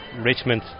Richmond